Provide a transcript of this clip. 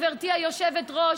גברתי היושבת-ראש,